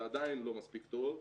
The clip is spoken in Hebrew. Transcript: זה עדיין לא מספיק טוב.